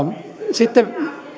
sitten